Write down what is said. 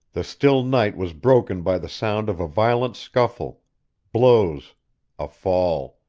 the still night was broken by the sound of a violent scuffle blows a fall.